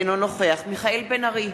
אינו נוכח מיכאל בן-ארי,